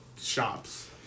shops